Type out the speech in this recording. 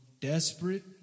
desperate